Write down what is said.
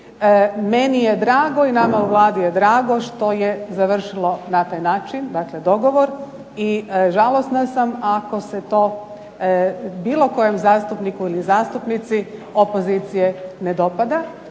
Meni je drago i nama u Vladi je drago što je završilo na taj način, dakle dogovor i žalosna sam ako se to bilo kojem zastupniku ili zastupnici opozicije ne dopada.